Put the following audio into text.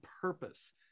purpose